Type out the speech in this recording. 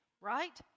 right